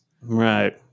right